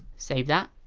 save that